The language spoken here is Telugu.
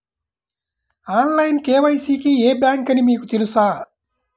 ఆన్లైన్ కే.వై.సి కి ఏ బ్యాంక్ అని మీకు తెలుసా?